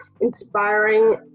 inspiring